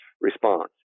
response